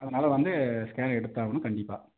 அதனால் வந்து ஸ்கேன் எடுத்தாகணும் கண்டிப்பாக